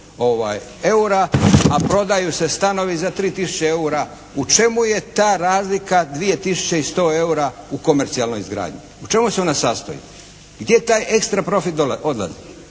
eura, a prodaju se stanovi za 3000 eura. U čemu je ta razlika 2100 eura u komercijalnoj izgradnji. U čemu se ona sastoji? Gdje taj ekstra profit odlazi?